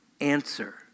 answer